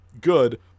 good